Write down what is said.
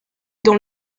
dans